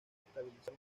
estabilizar